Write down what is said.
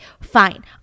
fine